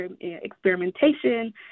experimentation